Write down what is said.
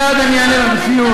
אני מייד אענה לך, בסיום.